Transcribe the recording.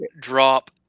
drop